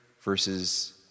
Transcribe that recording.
versus